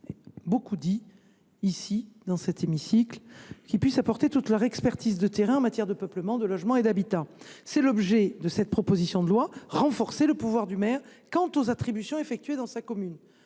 sociaux par les maires afin que ceux ci puissent apporter toute leur expertise de terrain en matière de peuplement, de logement et d’habitat. C’est l’objet de cette proposition de loi : renforcer le pouvoir du maire sur les attributions effectuées dans sa commune.